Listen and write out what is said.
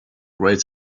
great